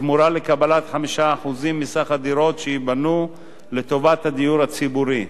בתמורה לקבלת 5% מסך הדירות שייבנו לטובת הדיור הציבורי,